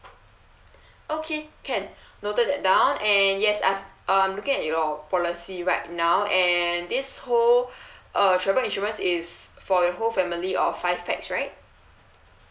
okay can noted that down and yes I've uh I'm looking at your policy right now and this whole uh travel insurance is for your whole family of five pax right